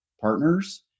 partners